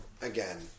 again